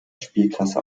spielklasse